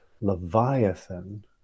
Leviathan